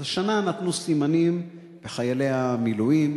אז השנה נתנו סימנים לחיילי המילואים.